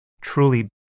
truly